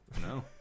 No